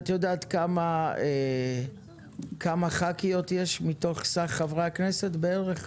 את יודעת כמה ח"כיות יש מתוך סך חברי הכנסת בערך?